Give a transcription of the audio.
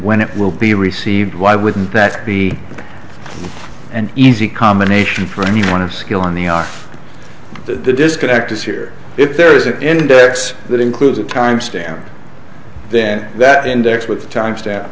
when it will be received why wouldn't that be an easy combination for any amount of skill on the on the disconnect is here if there is an index that includes a time stamp then that index with the time sta